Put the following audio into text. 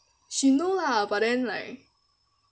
she know lah but then like